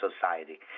society